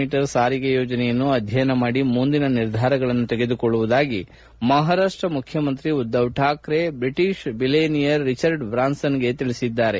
me ಸಾರಿಗೆ ಯೋಜನೆಯನ್ನು ಅಧ್ಯಯನ ಮಾಡಿ ಮುಂದಿನ ನಿರ್ಧಾರಗಳನ್ನು ತೆಗೆದುಕೊಳ್ಳುವುದಾಗಿ ಮಹಾರಾಷ್ಟ ಮುಖ್ಯಮಂತ್ರಿ ಉದ್ದವ್ ಠಾಕ್ರೆ ಅವರು ಬ್ರಿಟಿಷ್ ಬಿಲಿಯನೇರ್ ರಿಚರ್ಡ್ ಬ್ರಾನ್ಸನ್ಗೆ ಹೇಳಿದ್ದಾರೆ